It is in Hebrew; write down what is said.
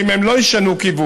ואם הם לא ישנו כיוון,